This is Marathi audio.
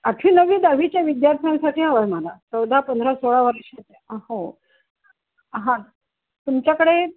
आठवी नववी दहावीच्या विद्यार्थ्यांसाठी हवं आहे मला चौदा पंधरा सोळा वर्ष हो हा तुमच्याकडे